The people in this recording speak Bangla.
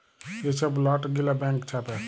যে ছব লট গিলা ব্যাংক ছাপে